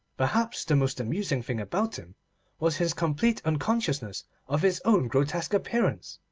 perhaps the most amusing thing about him was his complete unconsciousness of his own grotesque appearance.